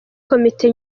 komite